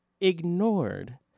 ignored